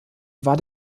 war